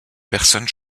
personnes